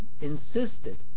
insisted